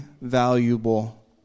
valuable